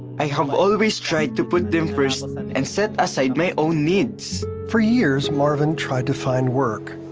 i have always tried to put them first and and and set aside my own needs. for years marvin tried to find work.